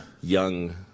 young